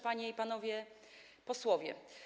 Panie i Panowie Posłowie!